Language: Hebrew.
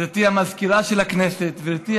גברתי המזכירה של הכנסת, גברתי